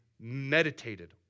meditated